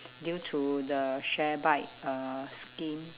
due to the share bike uh scheme